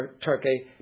Turkey